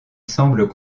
semblent